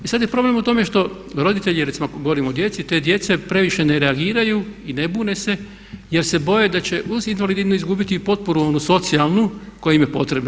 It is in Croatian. I sad je problem u tome što roditelji, recimo ako govorimo o djeci, te djece previše ne reagiraju i ne bune se jer se boje da će uz invalidninu izgubiti i potporu onu socijalnu koja im je potrebna.